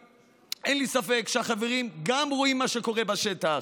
אין לי ספק שגם החברים רואים מה שקורה בשטח.